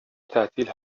تعطیل